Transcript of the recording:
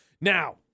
Now